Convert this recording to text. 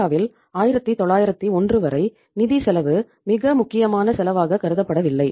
இந்தியாவில் 1991 வரை நிதிச் செலவு மிக முக்கியமான செலவாக கருதப்படவில்லை